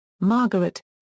Margaret